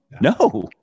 No